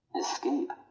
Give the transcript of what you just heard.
escape